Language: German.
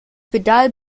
pedal